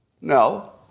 No